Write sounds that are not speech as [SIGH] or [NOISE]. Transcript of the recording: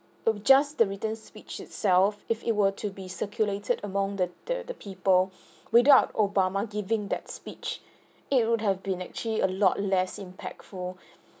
of just the written speech itself if it were to be circulated among the the the people [BREATH] without obama giving that speech it would have been actually a lot less impactful